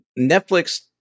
netflix